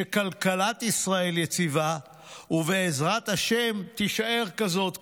כלכלת ישראל יציבה ובעזרת השם תישאר כזאת,